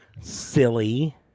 Silly